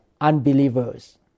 unbelievers